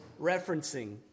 referencing